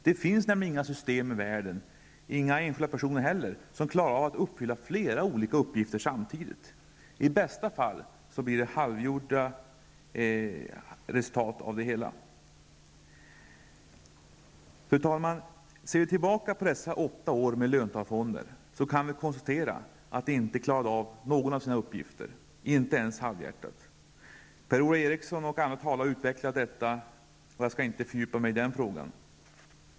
Det finns nämligen inga system i världen och för övrigt inga enskilda personer heller som klarar av flera olika uppgifter samtidigt. I bästa fall blir resultatet halvdant. Fru talman! Ser vi tillbaka på dessa åtta år med löntagarfonder kan vi konstatera att de inte klarade någon av sina uppgifter -- inte ens halvhjärtat. Per Ola Eriksson och andra talare har utvecklat detta, varför jag inte skall fördjupa mig i ämnet.